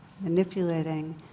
manipulating